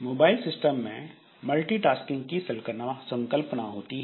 mobile system में multitasking की संकल्पना होती है